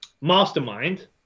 mastermind